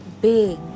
big